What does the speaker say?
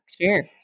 Sure